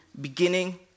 beginning